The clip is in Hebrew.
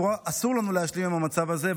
אסור לנו להשלים עם המצב הזה,